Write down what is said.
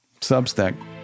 Substack